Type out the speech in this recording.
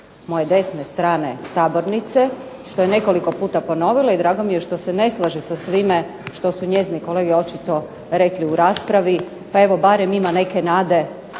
moje desne strane sabornice i što je nekoliko puta ponovila i drago mi je što se ne slaže sa svime što su njezini kolege očito rekli u raspravi, pa evo barem ima neke nade